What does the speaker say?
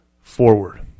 forward